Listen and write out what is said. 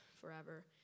forever